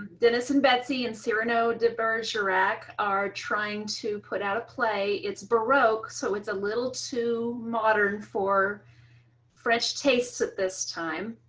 dennis and betsy and cyrano de bergerac are trying to put out a play. it's baroque. so it's a little too modern for french tastes at this time.